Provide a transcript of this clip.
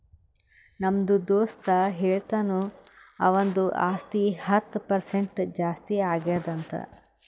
ನಮ್ದು ದೋಸ್ತ ಹೇಳತಿನು ಅವಂದು ಆಸ್ತಿ ಹತ್ತ್ ಪರ್ಸೆಂಟ್ ಜಾಸ್ತಿ ಆಗ್ಯಾದ್ ಅಂತ್